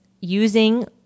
using